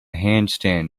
handstand